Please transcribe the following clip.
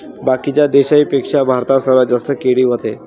बाकीच्या देशाइंपेक्षा भारतात सर्वात जास्त केळी व्हते